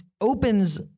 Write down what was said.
opens